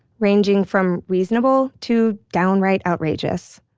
ranging from reasonable to downright outrageous.